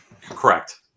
Correct